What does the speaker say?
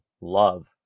love